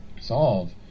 solve